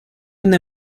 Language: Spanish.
una